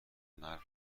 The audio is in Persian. مرد